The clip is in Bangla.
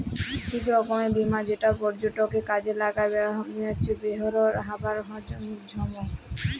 ইক রকমের বীমা যেট পর্যটকরা কাজে লাগায় বেইরহাবার ছময়